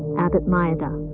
abbot mayada.